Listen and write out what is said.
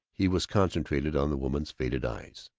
he was concentrated on the woman's faded eyes.